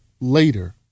later